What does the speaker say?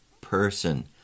person